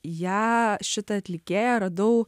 ją šitą atlikėją radau